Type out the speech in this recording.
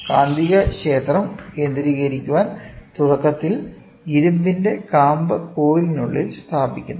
കാന്തികക്ഷേത്രം കേന്ദ്രീകരിക്കാൻ തുടക്കത്തിൽ ഇരുമ്പിന്റെ കാമ്പ് കോയിലിനുള്ളിൽ സ്ഥാപിക്കുന്നു